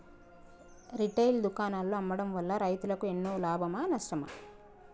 Retail దుకాణాల్లో అమ్మడం వల్ల రైతులకు ఎన్నో లాభమా నష్టమా?